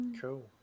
Cool